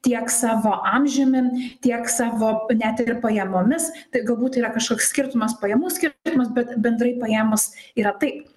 tiek savo amžiumi tiek savo net ir pajamomis tai galbūt yra kažkoks skirtumas pajamų skirtumas bet bendrai paėmus yra taip